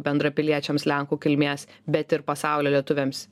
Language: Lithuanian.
bendrapiliečiams lenkų kilmės bet ir pasaulio lietuviams